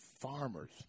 farmers